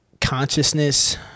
consciousness